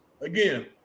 Again